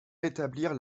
rétablir